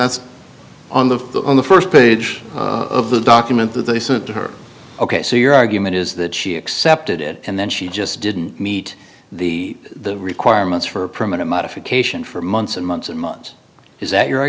that's on the on the first page of the document that they sent to her ok so your argument is that she accepted it and then she just didn't meet the requirements for a permanent modification for months and months and months is that your